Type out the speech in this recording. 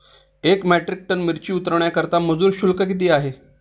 एक metric tonne मिरची उतरवण्याकरता मजूर शुल्क किती आहे?